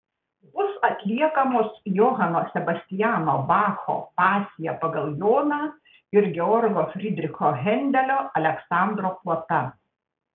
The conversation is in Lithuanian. bus atliekamos johano sebastiano bacho pasija pagal joną ir georgo fridricho hendelio aleksandro puota